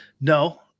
No